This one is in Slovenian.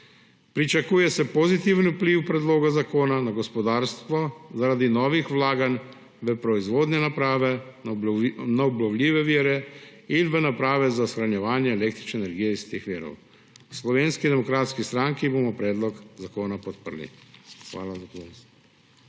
Pričakuje se pozitiven vpliv predloga zakona na gospodarstvo zaradi novih vlaganj v proizvodne naprave na obnovljive vire in v naprave za shranjevanje električne energije iz teh virov. V Slovenski demokratski stranki bomo predlog zakona podprli. Hvala za